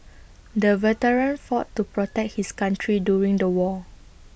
the veteran fought to protect his country during the war